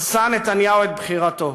עשה נתניהו את בחירתו.